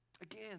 Again